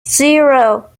zero